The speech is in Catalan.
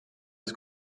les